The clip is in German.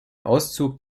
auszug